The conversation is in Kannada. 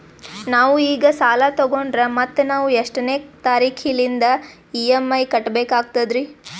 ನಾವು ಈಗ ಸಾಲ ತೊಗೊಂಡ್ರ ಮತ್ತ ನಾವು ಎಷ್ಟನೆ ತಾರೀಖಿಲಿಂದ ಇ.ಎಂ.ಐ ಕಟ್ಬಕಾಗ್ತದ್ರೀ?